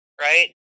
right